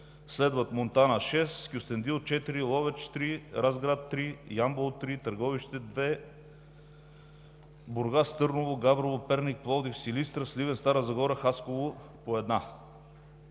следват Монтана – 6, Кюстендил – 4, Ловеч – 3, Разград – 3, Ямбол – 3, Търговище – 2, Бургас, Търново, Габрово, Перник, Пловдив, Силистра, Сливен, Стара Загора, Хасково – по 1.